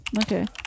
Okay